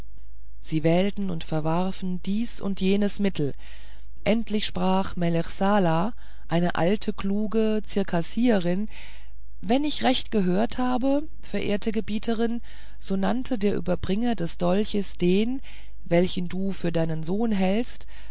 sie wählten und verwarfen dies und jenes mittel endlich sprach melechsalah eine alte kluge zirkassierin wenn ich recht gehört habe verehrte gebieterin so nannte der überbringer des dolches den welchen du für deinen sohn hältst